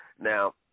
Now